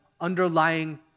underlying